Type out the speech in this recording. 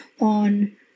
on